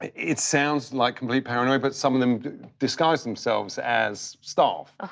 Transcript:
it sounds like complete paranoia, but some of them disguise themselves as staff.